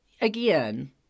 again